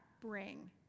bring